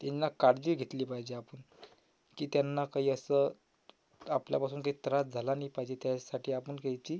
त्यांना काळजी घेतली पाहिजे आपण की त्यांना काही असं आपल्यापासून काही त्रास झाला नाही पाहिजे त्यासाठी आपण त्यांची